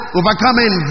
overcoming